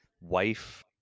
wife